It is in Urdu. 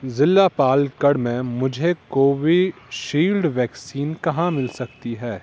ضلع پالکڑ میں مجھے کووشیلڈ ویکسین کہاں مل سکتی ہے